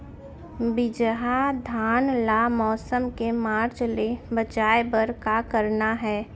बिजहा धान ला मौसम के मार्च ले बचाए बर का करना है?